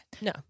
No